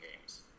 games